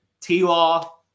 T-Law